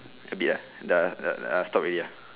a bit uh the uh ah stop already uh